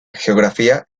geografía